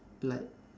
like